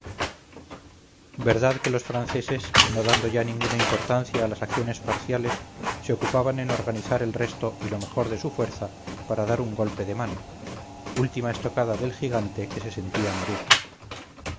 verdad que los franceses no dando ya ninguna importancia a las acciones parciales se ocupaban en organizar el resto y lo mejor de su fuerza para dar un golpe de mano última estocada del gigante que se sentía morir